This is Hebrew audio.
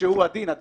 תרשום בשקט.